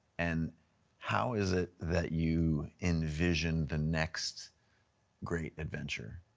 and how is it that you envision the next great adventure?